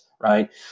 Right